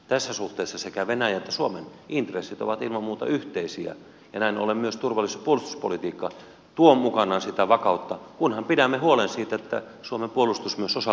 tässä suhteessa sekä venäjän että suomen intressit ovat ilman muuta yhteisiä ja näin ollen myös turvallisuus ja puolustuspolitiikka tuo mukanaan vakautta kunhan pidämme huolen siitä että myös suomen puolustus osaltaan on uskottava